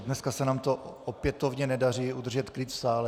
Dneska se nám opětovně nedaří udržet klid v sále.